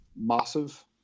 massive